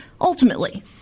Ultimately